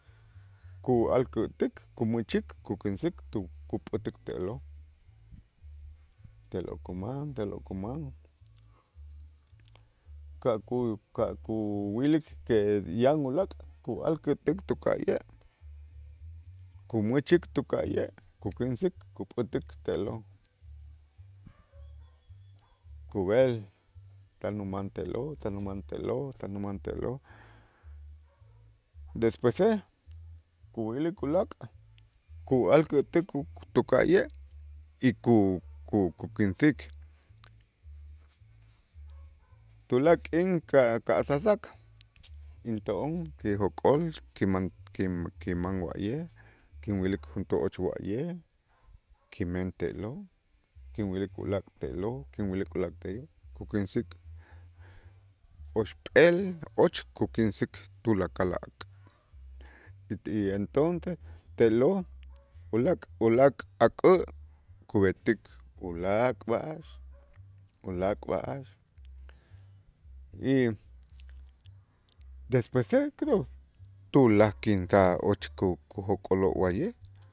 ku'alkätuk kumächik kukinsik tu- kup'ätik te'lo', te'lo' kuman, te'lo kuman ka' ku- ka' kuwilik que yan ulaak' ku'alkätuk tuka'ye', kumächik tuka'ye', kukinsik kup'ätik te'lo', kub'el tan uman te'lo', tan uman te'lo', tan uman te'lo', despuese kuyilik ku'alkätuk tuka'ye' y ku- ku- kukinsik tulaak' k'in ka' kasasak into'on kijok'ol kiman ki- kiman wa'ye' kinwilik juntuu och wa'ye' kimen te'lo', kinwilik ulaak' te'lo', kinwilik ulaak' te'lo' kukinsik oxp'eel och kukinsik tulakal ak' y ti entonces te'lo' ulaak', ulaak' ak'ä' kub'etik ulaak' b'a'ax ulaak' b'a'ax y despuese creo tulaak' kinsaj och ku- kujok'oloo' wa'ye'